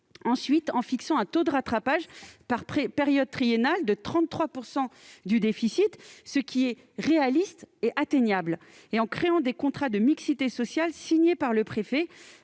de 2025 et fixé un taux de rattrapage par période triennale de 33 % du déficit, ce qui est réaliste et atteignable. Enfin, il a créé des contrats de mixité sociale (CMS) signés par le préfet,